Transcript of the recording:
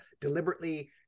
deliberately